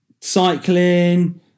cycling